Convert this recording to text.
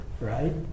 right